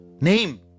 Name